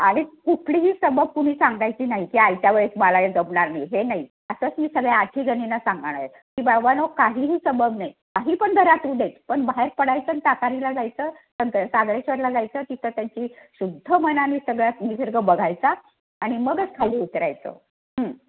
आणि कुठलीही सबब कुणी सांगायची नाही की आयत्या वेळेस मला हे जमणार नाही हे नाही असंच मी सगळ्या आठहीजणींना सांगणार आहे की बाबांनो काहीही सबब नाही काही पण घरात होऊ दे पण बाहेर पडायचं आणि ताकारीला जायचं सं सागरेश्वरला जायचं तिथं त्यांची शुद्ध मनाने सगळ्यानी निसर्ग बघायचा आणि मगच खाली उतरायचं